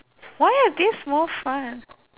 why are these more fun